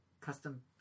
custom